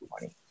money